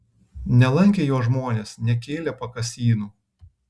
nelankė jo žmonės nekėlė pakasynų